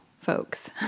folks